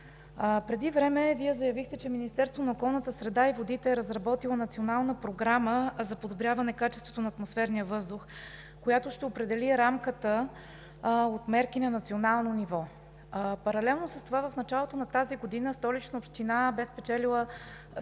Преди време Вие заявихте, че Министерството на околната среда и водите е разработило Национална програма за подобряване качеството на атмосферния въздух, която ще определи рамката от мерки на национално ниво. Паралелно с това, в началото на тази година Столична община спечели проект